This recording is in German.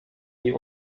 die